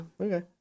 Okay